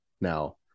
now